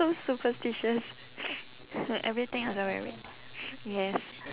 so superstitious for everything else I wear red yes